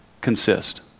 consist